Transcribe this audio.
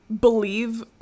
believe